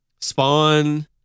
Spawn